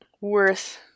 worth